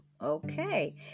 Okay